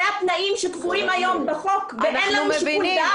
אלה התנאים שקבועים בחוק ואין לנו שיקול דעת.